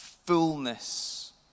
Fullness